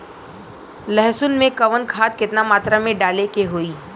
लहसुन में कवन खाद केतना मात्रा में डाले के होई?